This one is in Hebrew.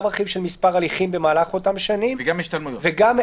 מספר הליכים במהלך אותן שנים וגם קווטה.